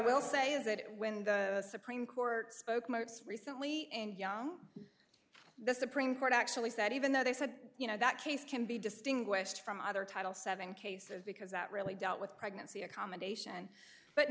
will say is that when the supreme court spoke most recently and young the supreme court actually said even though they said you know that case can be distinguished from other title seven cases because that really dealt with pregnancy accommodation but